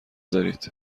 دارید